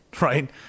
right